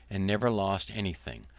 and never lost any thing,